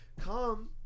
Come